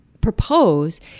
propose